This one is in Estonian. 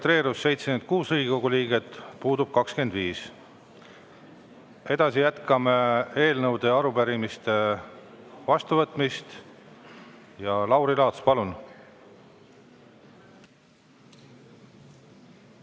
registreerus 76 Riigikogu liiget, puudub 25. Edasi jätkame eelnõude ja arupärimiste vastuvõtmisega. Lauri Laats, palun!